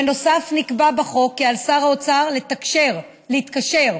בנוסף נקבע בחוק כי על שר האוצר להתקשר בהסכמים